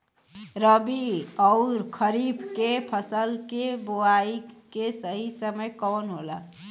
रबी अउर खरीफ के फसल के बोआई के सही समय कवन होला?